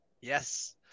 Yes